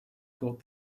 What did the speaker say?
called